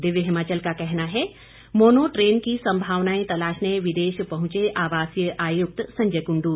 दिव्य हिमाचल का कहना है मोनो ट्रेन की संभावनाएं तलाशने विदेश पहुंचे आवासीय आयुक्त संजय कुंडू